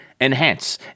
enhance